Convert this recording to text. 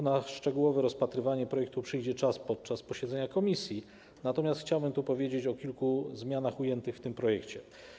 Na szczegółowe rozpatrywanie projektu przyjdzie czas podczas posiedzenia komisji, natomiast chciałbym powiedzieć o kilku zmianach ujętych w tym projekcie.